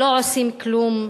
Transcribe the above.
לא עושים כלום.